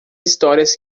histórias